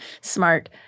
smart